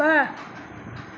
ब॒